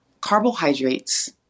Carbohydrates